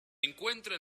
encuentran